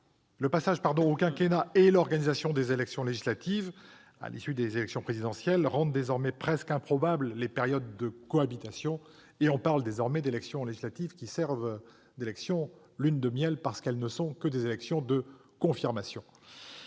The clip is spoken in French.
le passage au quinquennat et l'organisation des élections législatives à l'issue de l'élection présidentielle rendent désormais presque improbables les périodes de cohabitation, les élections législatives faisant office de lune de miel dans la mesure où elles ne sont que des élections de confirmation.